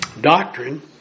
doctrine